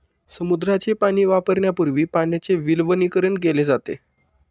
समुद्राचे पाणी वापरण्यापूर्वी पाण्याचे विलवणीकरण केले जाते